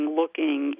looking